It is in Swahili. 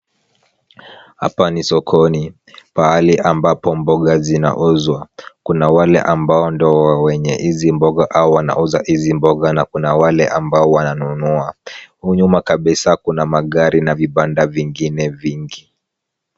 Hapa ni sokoni. Pahali ambapo mboga zinauzwa. Kuna wale ambao ndio wenye hizi mboga au wanauza hizi mboga na kuna wale ambao, wananunua. Huku nyuma kabisa kuna magari na vibanda vingine vingi.